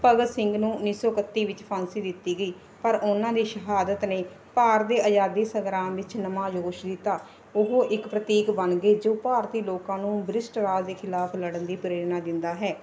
ਭਗਤ ਸਿੰਘ ਨੂੰ ਉੱਨੀ ਸੌ ਇਕੱਤੀ ਵਿੱਚ ਫਾਂਸੀ ਦਿੱਤੀ ਗਈ ਪਰ ਉਹਨਾਂ ਦੀ ਸ਼ਹਾਦਤ ਨੇ ਭਾਰਤ ਦੇ ਆਜ਼ਾਦੀ ਸੰਗਰਾਮ ਵਿੱਚ ਨਵਾਂ ਜੋਸ਼ ਦਿੱਤਾ ਉਹ ਇੱਕ ਪ੍ਰਤੀਕ ਬਣ ਗਏ ਜੋ ਭਾਰਤੀ ਲੋਕਾਂ ਨੂੰ ਬ੍ਰਿਸ਼ਟ ਰਾਜ ਦੇ ਖਿਲਾਫ ਲੜਨ ਦੀ ਪ੍ਰੇਰਨਾ ਦਿੰਦਾ ਹੈ